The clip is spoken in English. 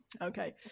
okay